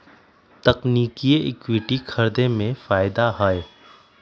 तकनिकिये इक्विटी खरीदे में फायदा हए